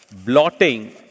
Blotting